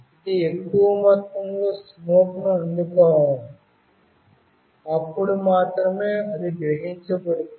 ఇది ఎక్కువ మొత్తంలో స్మోక్ ను అందుకోవాలి అప్పుడు మాత్రమే అది గ్రహించబడుతుంది